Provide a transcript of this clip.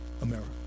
America